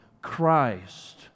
Christ